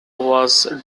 was